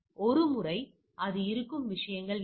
ஒருமுறை அது இருக்கும் விஷயங்கள் என்ன